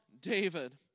David